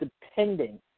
depending